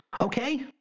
Okay